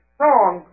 wrong